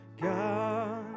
God